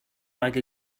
like